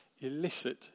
illicit